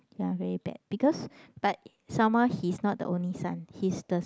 ya very bad because but somemore he's not the only son he's the